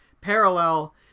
parallel